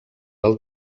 del